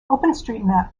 openstreetmap